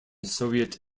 soviet